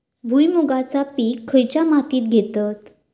भुईमुगाचा पीक खयच्या मातीत घेतत?